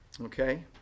Okay